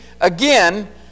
Again